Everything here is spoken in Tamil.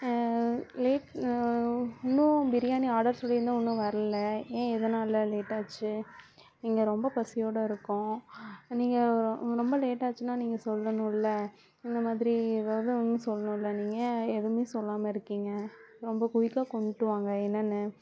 லேட் இன்னும் பிரியாணி ஆடர் சொல்லியிருந்தேன் இன்னும் வரலை ஏன் எதனால் லேட் ஆச்சு இங்கே ரொம்ப பசியோட இருக்கோம் நீங்கள் ரொம்ப லேட் ஆச்சுன்னா நீங்கள் சொல்லணும்ல இந்த மாதிரி ஏதாவது ஒன்று சொல்லணும்ல நீங்கள் ஏன் எதுவுமே சொல்லாமல் இருக்கீங்க ரொம்ப குயிக்காக கொண்டுட்டு வாங்க என்னன்னு